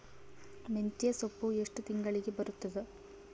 ಮೆಂತ್ಯ ಸೊಪ್ಪು ಎಷ್ಟು ತಿಂಗಳಿಗೆ ಬರುತ್ತದ?